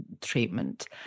treatment